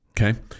okay